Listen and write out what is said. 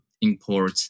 import